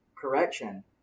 Correction